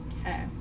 okay